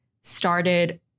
started